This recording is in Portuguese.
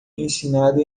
ensinado